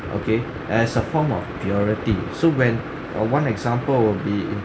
okay as a form of purity so when uh one example will be